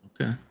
Okay